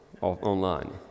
online